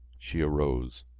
she arose.